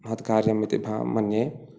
महत्कार्यम् इति मन्ये